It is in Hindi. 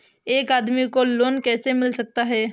एक आदमी को लोन कैसे मिल सकता है?